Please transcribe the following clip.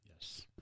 Yes